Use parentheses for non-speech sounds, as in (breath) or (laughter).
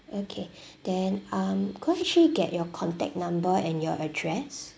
okay (breath) then um could I actually get your contact number and your address